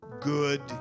good